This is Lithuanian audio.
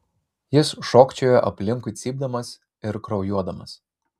jis šokčiojo aplinkui cypdamas ir kraujuodamas